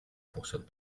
fonctionne